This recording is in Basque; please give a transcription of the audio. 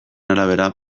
arabera